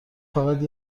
فقط